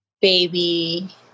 baby